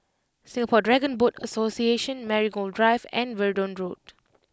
Singapore Dragon Boat Association Marigold Drive and Verdun Road